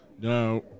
Now